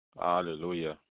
Hallelujah